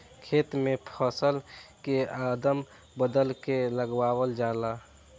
खेत में फसल के अदल बदल के लगावल जाला